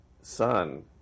son